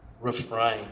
refrain